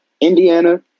Indiana